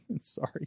sorry